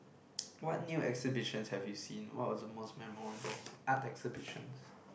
what new exhibitions have you seen what was the most memorable art exhibitions